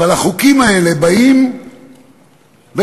והחוקים האלה באים במסחר: